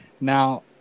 Now